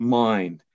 mind